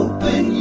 Open